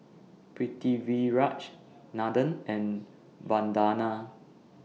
Pritiviraj Nathan and Vandana